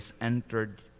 entered